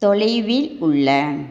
தொலைவில் உள்ள